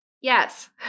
Yes